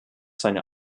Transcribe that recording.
seine